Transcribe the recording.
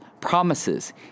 promises